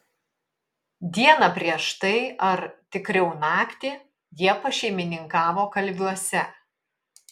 dieną prieš tai ar tikriau naktį jie pašeimininkavo kalviuose